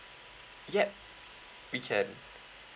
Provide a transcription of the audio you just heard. yup we can